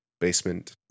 basement